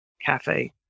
cafe